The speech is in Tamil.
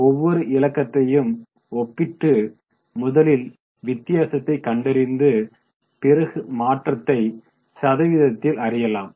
ஒவ்வொரு இலக்கத்தையும் ஒப்பிட்டு முதலில் வித்தியாசத்தை கண்டறிந்து பிறகு மாற்றத்தை சதவிகிதத்தில் அறியலாம்